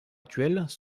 actuels